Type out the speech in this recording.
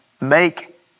Make